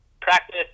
practice